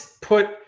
put